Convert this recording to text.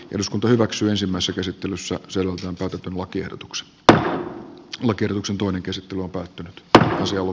eduskunta hyväksyi ensimmäiset esittelyssä sellussa tuotetun lakiehdotukset p l kierroksen toinen käsittely on päättynyt ja se on